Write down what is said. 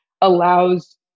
allows